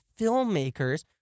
filmmakers